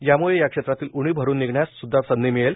यामुळं या क्षेत्रातील उणीव अरून निघण्यास सुध्दा संधी मिळेल